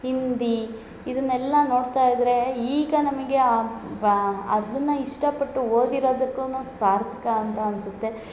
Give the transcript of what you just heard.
ಹಿಂದಿ ಇದನ್ನೆಲ್ಲ ನೋಡ್ತಾ ಇದ್ದರೆ ಈಗ ನಮಗೆ ಬಾ ಅದನ್ನ ಇಷ್ಟ ಪಟ್ಟು ಓದಿರೊದಕ್ಕನು ಸಾರ್ಥಕ ಅಂತ ಅನ್ಸುತ್ತೆ